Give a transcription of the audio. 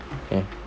okay